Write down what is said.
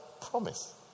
promise